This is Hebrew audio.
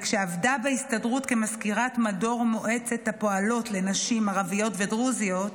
כשעבדה בהסתדרות כמזכירת מדור מועצת הפועלות לנשים ערביות ודרוזיות,